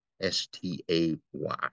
S-T-A-Y